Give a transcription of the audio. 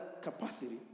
capacity